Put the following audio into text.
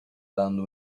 dando